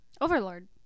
Overlord